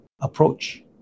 approach